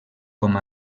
com